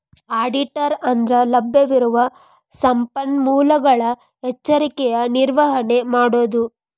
ಆಡಿಟರ ಅಂದ್ರಲಭ್ಯವಿರುವ ಸಂಪನ್ಮೂಲಗಳ ಎಚ್ಚರಿಕೆಯ ನಿರ್ವಹಣೆ ಮಾಡೊದು